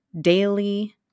daily